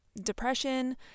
depression